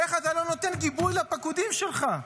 איך אתה לא נותן גיבוי לפקודים שלך?